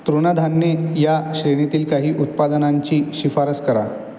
तृणाधान्ये या श्रेणीतील काही उत्पादनांची शिफारस करा